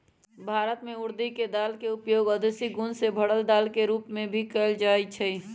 भारत में उर्दी के दाल के उपयोग औषधि गुण से भरल दाल के रूप में भी कएल जाई छई